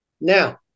Now